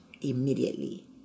immediately